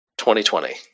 2020